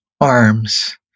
arms